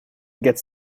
gets